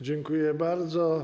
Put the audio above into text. Dziękuję bardzo.